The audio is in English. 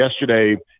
Yesterday